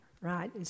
Right